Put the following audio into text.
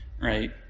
right